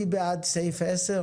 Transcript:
מי בעד הסתייגות עשר?